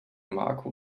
marco